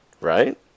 Right